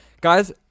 guys